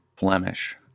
blemish